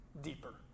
deeper